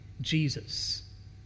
Jesus